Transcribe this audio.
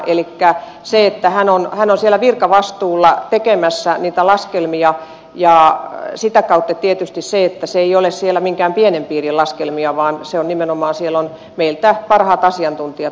elikkä hän on siellä virkavastuulla tekemässä niitä laskelmia ja sitä kautta tietysti ne eivät ole siellä minkään pienen piirin laskelmia vaan nimenomaan siellä ovat meiltä parhaat asiantuntijat